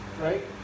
right